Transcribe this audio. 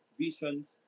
visions